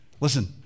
listen